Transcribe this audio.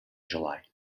july